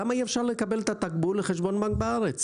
למה אי אפשר לקבל את התקבול לחשבון בנק בארץ?